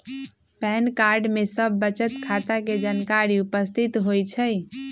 pan card में सभ बचत खता के जानकारी उपस्थित होइ छइ